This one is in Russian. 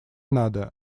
надо